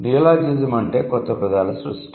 neologism అంటే కొత్త పదాల సృష్టి